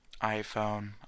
iPhone